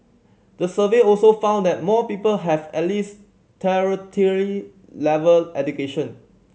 the survey also found that more people have at least tertiary level education